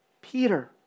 Peter